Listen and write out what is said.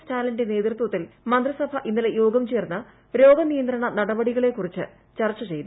സ്റ്റാലിന്റെ നേതൃത്വത്തിൽ മന്ത്രിസഭ ഇന്നലെ യോഗം ചേർന്ന് രോഗ നിയന്ത്രണ നടപടികളെക്കുറിച്ച് ചർച്ച ചെയ്തു